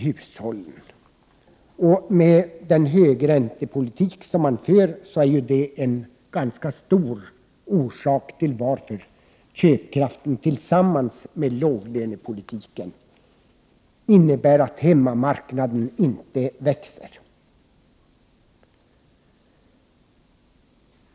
Högränteoch låglönepolitiken, som minskar köpkraften, är en starkt bidragande orsak till att hemmamarknaden inte växer.